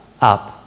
up